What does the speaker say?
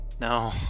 No